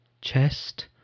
chest